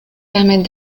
permettent